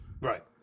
right